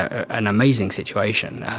ah an amazing situation.